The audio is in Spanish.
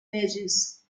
leyes